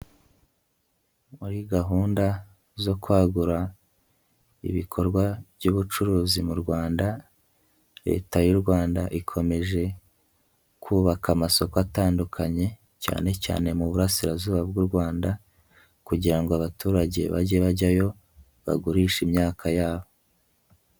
Muri gahunda zo kwagura ibikorwa by'ubucuruzi mu Rwanda, Leta y'u Rwanda ikomeje kubaka amasoko atandukanye, cyane cyane mu burasirazuba bw'u Rwanda kugira ngo abaturage bajye bajyayo, bagurishe imyaka yabo.